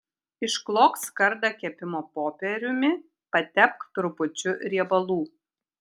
išklok skardą kepimo popieriumi patepk trupučiu riebalų